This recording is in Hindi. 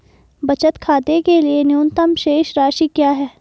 बचत खाते के लिए न्यूनतम शेष राशि क्या है?